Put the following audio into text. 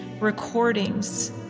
recordings